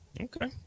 Okay